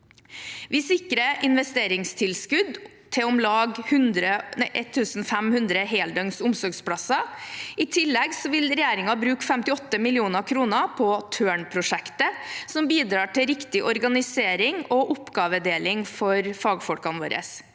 Vi sikrer investeringstilskudd til om lag 1 500 heldøgns omsorgsplasser. I tillegg vil regjeringen bruke 58 mill. kr på Tørn-prosjektet, som bidrar til riktig organisering og oppgavedeling for fagfolkene våre.